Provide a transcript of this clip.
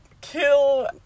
kill